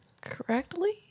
Correctly